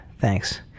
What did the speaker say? Thanks